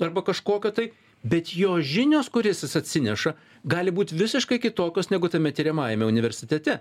arba kažkokio tai bet jo žinios kurias jis atsineša gali būti visiškai kitokios negu tame tiriamajame universitete